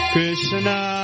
Krishna